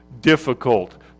difficult